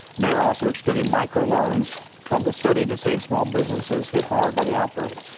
mayor also extending microloans from the city to save small businesses hit hard by the outbreak.